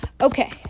Okay